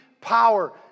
power